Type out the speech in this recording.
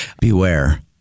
beware